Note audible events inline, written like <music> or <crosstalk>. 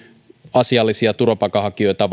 asiallisia turvapaikanhakijoita <unintelligible>